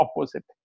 opposite